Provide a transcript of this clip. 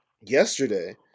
yesterday